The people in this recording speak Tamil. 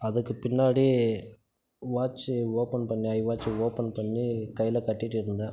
அதுக்கு பின்னாடி வாட்ச் ஓப்பன் பண்ணி ஐ வாட்ச் ஓப்பன் பண்ணி கையில கட்டிகிட்டு இருந்தேன்